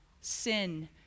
Sin